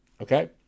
Okay